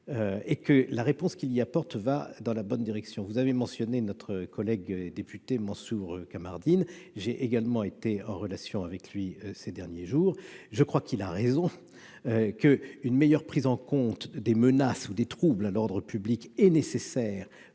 et la réponse qu'il y apporte va dans la bonne direction. Vous avez mentionné notre collègue député Mansour Kamardine, avec qui j'ai également été en relation ces derniers jours. Il a raison : une meilleure prise en compte des menaces ou des troubles à l'ordre public est nécessaire